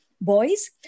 boys